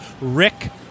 Rick